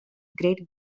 great